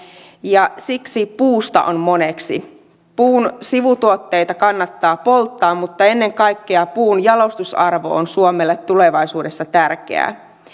ja siksi puusta on moneksi puun sivutuotteita kannattaa polttaa mutta ennen kaikkea puun jalostusarvo on suomelle tulevaisuudessa tärkeä